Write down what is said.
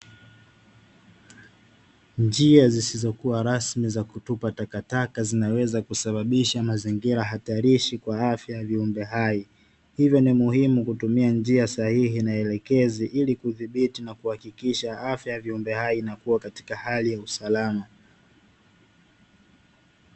Njia zisizo kuwa rasmi za kutupa taka taka zinaweza kusababisha mazingira hatarishi kwa afya ya viumbe hai, ivyo ni muhimu kutumia njia sahihi na elekezi ili kudhibiti na kuhakikisha afya ya viumbe hai inakuwa katika hali ya usalama.